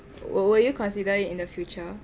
will will you consider it in the future